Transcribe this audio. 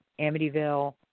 Amityville